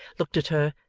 looked at her,